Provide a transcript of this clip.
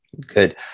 Good